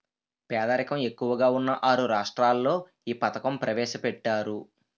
పేదరికం ఎక్కువగా ఉన్న ఆరు రాష్ట్రాల్లో ఈ పథకం ప్రవేశపెట్టారు